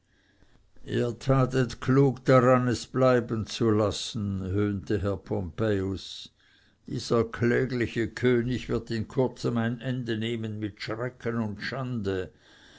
ihr tatet klug daran es bleibenzulassen höhnte herr pompejus dieser klägliche könig wird in kurzem ein ende nehmen mit schrecken und schande